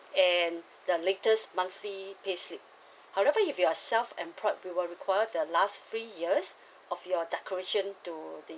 and the latest monthly pay slip however if you are self employed we will require the last three years of your declaration to the